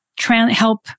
help